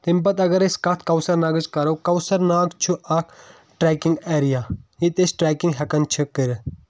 تَمہِ پَتہٕ اَگر أسۍ کَتھ کونٛسر ناگٕچ کرو کونٛسر ناگ چھُ اکھ ٹریکنگ ایریا ییٚتہِ أسۍ ٹریکنگ ہیٚکان چھِ کٔرِتھ